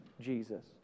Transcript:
Jesus